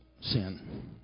sin